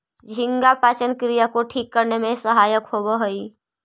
झींगा पाचन क्रिया को ठीक करने में सहायक होवअ हई